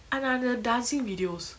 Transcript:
and and the dancing videos